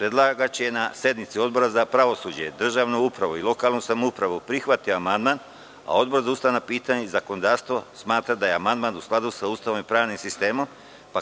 31.Predlagač je na sednici Odbora za pravosuđe, državnu upravu i lokalnu samoupravu prihvatio amandman. Odbor za ustavna pitanja i zakonodavstvo smatra da je amandman u skladu sa Ustavom i pravnim sistemom.